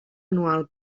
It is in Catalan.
anual